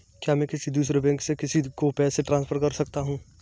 क्या मैं किसी दूसरे बैंक से किसी को पैसे ट्रांसफर कर सकता हूँ?